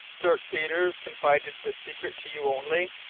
dirk peters confided this secret to you only?